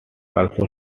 also